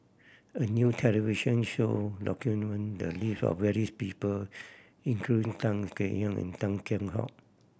a new television show documented the live of various people including Tan Kek Hiang Tan Kheam Hock